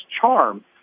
charm